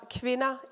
kvinder